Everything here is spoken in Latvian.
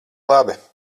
labi